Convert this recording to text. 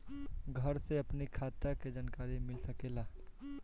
घर से अपनी खाता के जानकारी मिल सकेला?